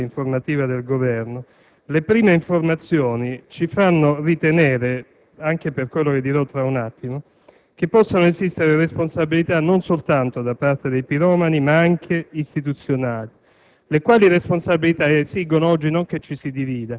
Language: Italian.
ma, al di là della rassegna stampa del Viminale, oggetto dell'informativa del Governo, le prime informazioni ci fanno ritenere, anche per quello che dirò tra un attimo, che possano esistere responsabilità non soltanto da parte dei piromani, ma anche istituzionali,